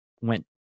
went